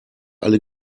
alle